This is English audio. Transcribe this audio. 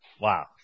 Wow